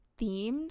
themed